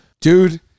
Dude